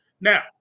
Now